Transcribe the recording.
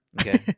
Okay